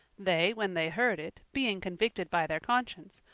they, when they heard it, being convicted by their conscience,